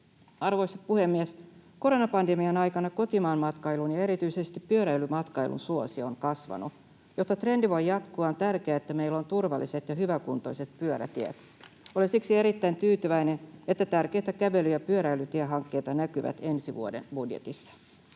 Arvoisa puhemies! Koronapandemian aikana kotimaanmatkailun ja erityisesti pyöräilymatkailun suosio on kasvanut. Jotta trendi voi jatkua, on tärkeää, että meillä on turvalliset ja hyväkuntoiset pyörätiet. Olen siksi erittäin tyytyväinen, että tärkeitä kävely‑ ja pyöräilytiehankkeita näkyy ensi vuoden budjetissa.